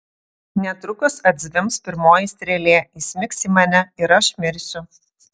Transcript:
netrukus atzvimbs pirmoji strėlė įsmigs į mane ir aš mirsiu